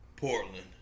Portland